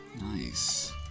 Nice